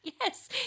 Yes